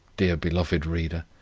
dear believing reader?